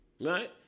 Right